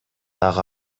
дагы